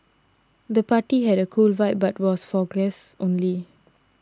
the party had a cool vibe but was for guests only